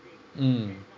mm